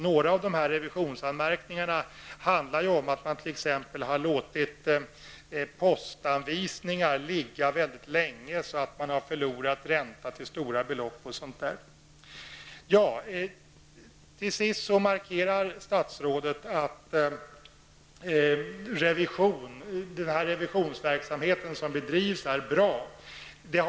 Några av revisionsanmärkningarna handlar om att man t.ex. låtit postanvisningar ligga väldigt länge, så att man förlorat ränta till stora belopp. Till sist markerar statsrådet att den revisionsverksamhet som bedrivs är bra. Det är en viktig markering.